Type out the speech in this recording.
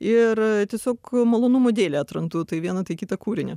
ir tiesiog malonumo dėlei atrandu tai vieną tai kitą kūrinį